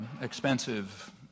expensive